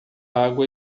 água